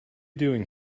doing